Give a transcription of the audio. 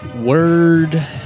Word